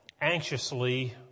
anxiously